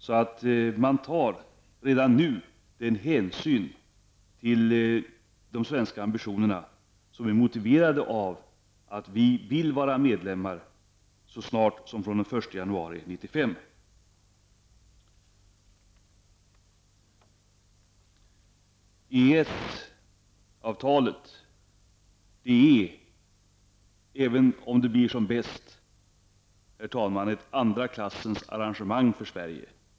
Vi vill ju att EG redan nu skall ta den hänsyn till Sveriges ambitioner som är motiverad av att vi vill vara medlemmar redan från den 1 januari 1995. ESS-avtalet är, även om det blir som bäst, ett andra klassens arrangemang för Sverige.